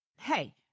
hey